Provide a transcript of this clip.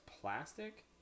plastic